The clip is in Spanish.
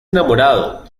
enamorado